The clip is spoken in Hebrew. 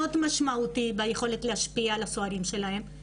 משמעותי ביכולת להשפיע על הסוהרים שלהם,